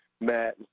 Matt